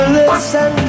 listen